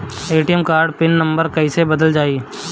ATM card के pin number कईसे बदलल जाई?